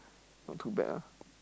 not too bad ah